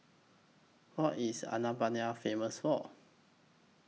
What IS Albania Famous For